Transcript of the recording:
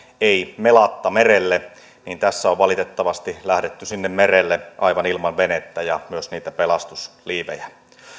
ei melatta merelle niin tässä on valitettavasti lähdetty sinne merelle aivan ilman venettä ja myös niitä pelastusliivejä